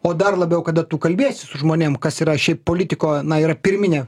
o dar labiau kada tu kalbiesi su žmonėm kas yra šiaip politiko na yra pirminė